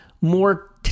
more